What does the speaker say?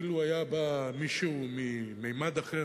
אילו היה בא מישהו מממד אחר,